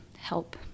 Help